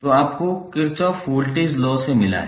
तो यह आपको किरचॉफ वोल्टेज लॉ से मिला है